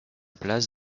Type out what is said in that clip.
place